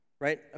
right